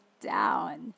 down